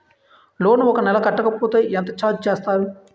Loan ఒక నెల కట్టకపోతే ఎంత ఛార్జ్ చేస్తారు?